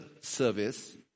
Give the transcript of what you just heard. service